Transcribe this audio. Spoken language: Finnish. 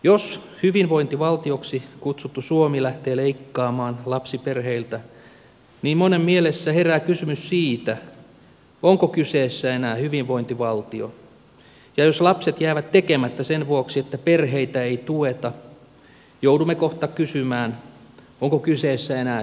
jos hyvinvointivaltioksi kutsuttu suomi lähtee leikkaamaan lapsiperheiltä niin monen mielessä herää kysymys siitä onko kyseessä enää hyvinvointivaltio ja jos lapset jäävät tekemättä sen vuoksi että perheitä ei tueta joudumme kohta kysymään onko kyseessä enää suomi